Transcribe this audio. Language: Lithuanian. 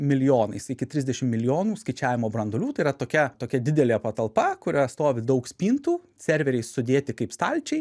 milijonais iki trisdešim milijonų skaičiavimo branduolių tai yra tokia tokia didelė patalpa kurioje stovi daug spintų serveriai sudėti kaip stalčiai